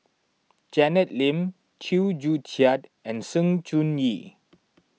Janet Lim Chew Joo Chiat and Sng Choon Yee